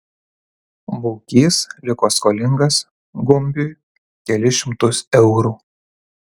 baukys liko skolingas gumbiui kelis šimtus eurų